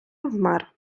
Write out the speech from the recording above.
вмер